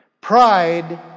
Pride